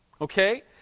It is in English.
Okay